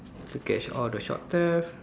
to catch all the shop theft